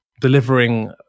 delivering